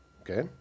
Okay